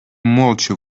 молча